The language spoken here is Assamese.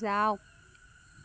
যাওক